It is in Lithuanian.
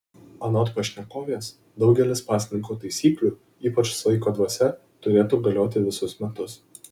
anot pašnekovės daugelis pasninko taisyklių ypač saiko dvasia turėtų galioti visus metus